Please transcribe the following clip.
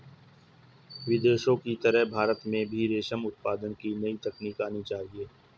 विदेशों की तरह भारत में भी रेशम उत्पादन की नई तकनीक आनी चाहिए